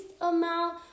amount